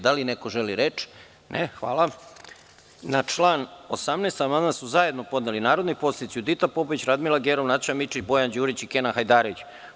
Da li neko želi reč? (Ne.) Na član 18. amandman su zajedno podneli narodni poslanici Judita Popović, Radmila Gerov, Nataša Mićić, Bojan Đurić i Kenan Hajdarević.